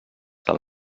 del